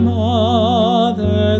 mother